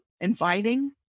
inviting